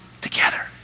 together